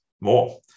more